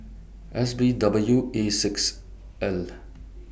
S B W A six L